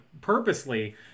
purposely